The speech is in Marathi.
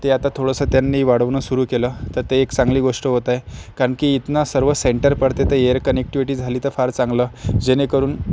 ते आता थोडंसं त्यांनी वाढवणं सुरू केलं तर ते एक चांगली गोष्ट होत आहे कारण की इथनं सर्व सेंटर पडते ते एअर कनेक्टिव्हिटी झाली तर फार चांगलं जेणेकरून